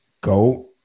Go